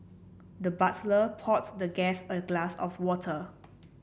the butler poured the guest a glass of water